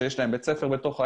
שיש להם בית ספר בתוך העיר,